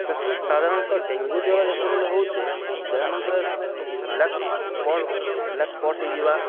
ଦେଖୁନ୍ ସାଧାରଣତଃ ଡ଼େଙ୍ଗୁ ଜ୍ୱର ଯେତେବେଲେ ହେଉଛେ ଦେହେ ମାନ୍ଙ୍କର୍ନେ ବ୍ଲାକ୍ ସ୍ପଟ୍ ବ୍ଲାକ୍ ସ୍ପଟ୍ ହେଇଯିବା